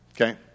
Okay